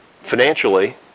financially